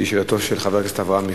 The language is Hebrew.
שהיא שאלתו של חבר הכנסת אברהם מיכאלי.